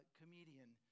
comedian